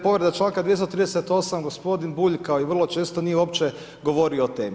Povreda članka 238. gospodin Bulj kao i vrlo često nije uopće govorio o temi.